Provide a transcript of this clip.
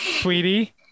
sweetie